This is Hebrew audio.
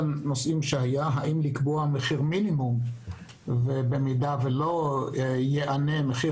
השאלה האם לקבוע מחיר מינימום ובמידה ולא ייענה מחיר